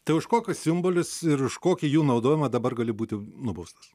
tai už kokius simbolius ir už kokį jų naudojimą dabar gali būti nubaustas